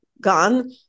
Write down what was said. gone